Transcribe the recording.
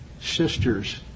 sisters